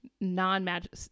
non-magic